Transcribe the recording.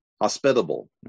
hospitable